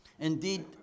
Indeed